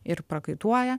ir prakaituoja